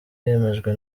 yemejwe